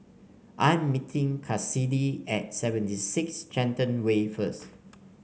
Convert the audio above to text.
I am meeting Cassidy at Seventy Six Shenton Way first